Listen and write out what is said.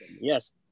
yes